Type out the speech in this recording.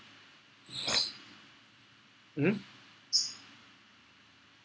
mmhmm